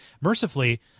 mercifully